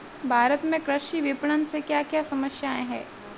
भारत में कृषि विपणन से क्या क्या समस्या हैं?